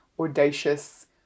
audacious